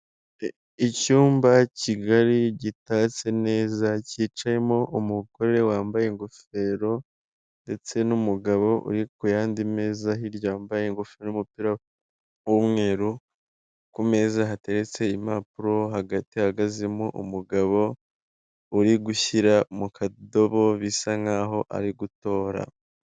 Icyumba kigari gitatse neza, cyicayemo umugore wambaye ingofero, ndetse n'umugabo uri ku yandi meza hirya wambaye ingofero y'umupira w'umweru. Ku meza hateretse impapuro hagati hagazemo umugabo uri gushyira mu kadobo, bisa nk'aho ari gutora.